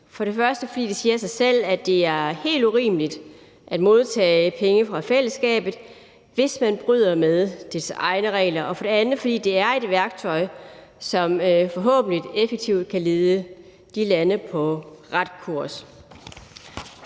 for det første fordi det siger sig selv, at det er helt urimeligt at modtage penge fra fællesskabet, hvis man bryder med dets egne regler, og for det andet fordi det er et værktøj, som forhåbentlig effektivt kan lede de lande på ret kurs.